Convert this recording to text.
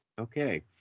Okay